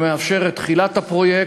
שמאפשר את תחילת הפרויקט,